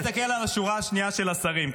אני מסתכל על השורה השנייה של השרים,